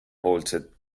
bolted